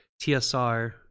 TSR